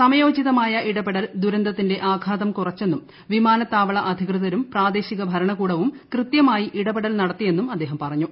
സമയോചിതമായ ഇടപെടൽ ദുരന്തത്തിന്റെ ആഘാതം കുറച്ചെന്നും വിമാനത്താവള അധികൃതരും പ്രാദേശിക ഭരണകൂടവും കൃതൃമായി ഇടപെടൽ നടത്തിയെന്നും അദ്ദേഹം പറഞ്ഞു